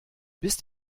bist